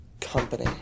Company